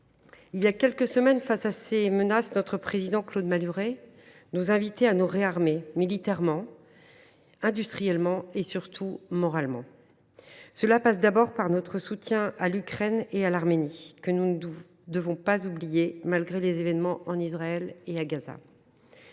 Il y a quelques semaines, face à ces menaces, notre président de groupe, Claude Malhuret, nous invitait à nous réarmer militairement, industriellement et surtout moralement. J’y insiste, cela passe d’abord par notre soutien à l’Ukraine et à l’Arménie, que nous ne devons pas oublier, malgré les événements en Israël et à Gaza.